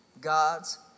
God's